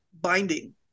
binding